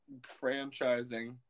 franchising